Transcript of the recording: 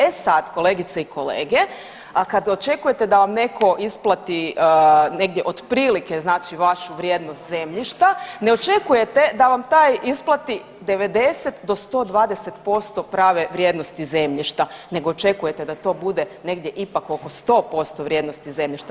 E sad kolegice i kolege, a kad očekujete da vam netko isplati negdje otprilike, znači vašu vrijednost zemljišta ne očekujete da vam taj isplati 90 do 120% prave vrijednosti zemljišta nego očekujete da to bude negdje ipak oko 100 posto vrijednosti zemljišta.